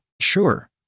sure